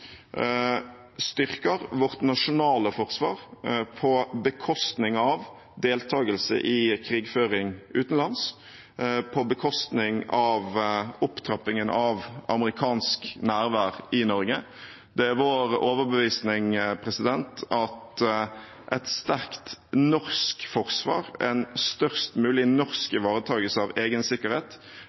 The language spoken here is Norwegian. styrker vårt nasjonale forsvar på bekostning av deltakelse i krigføring utenlands og på bekostning av opptrappingen av amerikansk nærvær i Norge. Det er vår overbevisning at et sterkt norsk forsvar, en størst mulig norsk ivaretakelse av egen sikkerhet,